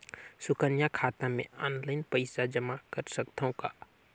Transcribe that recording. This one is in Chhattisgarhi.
सुकन्या खाता मे ऑनलाइन पईसा जमा कर सकथव का?